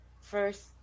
first